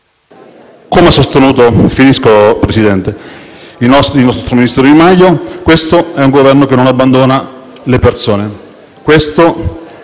come ha sostenuto il nostro ministro Di Maio, che questo è un Governo che non abbandona le persone.